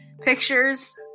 pictures